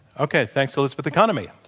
okay, thanks, elizabeth economy.